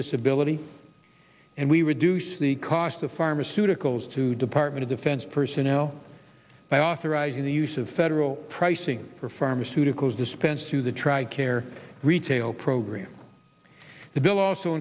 disability and we reduce the cost of pharmaceuticals to department of defense personnel by authorizing the use of federal pricing for pharmaceuticals dispensed to the tri care retail program the bill also